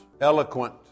eloquent